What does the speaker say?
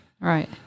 Right